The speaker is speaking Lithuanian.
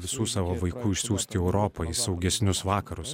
visų savo vaikų išsiųsti į europą į saugesnius vakarus